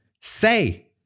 Say